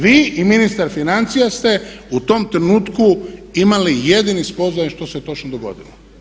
Vi i ministar financija ste u tom trenutku imali jedini spoznaje što se točno dogodilo.